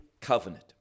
covenant